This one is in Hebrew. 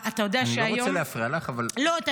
אתה יודע שהיום --- אני לא רוצה להפריע לך,